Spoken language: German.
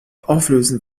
auflösen